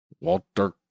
Walter